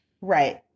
Right